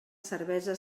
cervesa